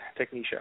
Technisha